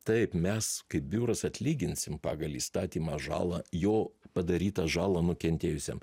taip mes kaip biuras atlyginsim pagal įstatymą žalą jo padarytą žalą nukentėjusiam